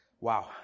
wow